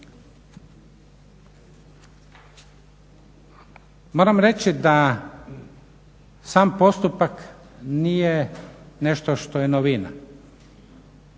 Moram reći da sam postupak nije nešto što je novina.